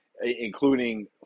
including